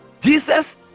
Jesus